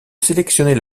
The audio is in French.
sélectionner